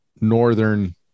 northern